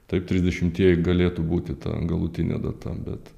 taip trisdešimtieji galėtų būti ta galutinė data bet